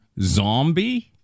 zombie